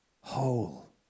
whole